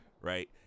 right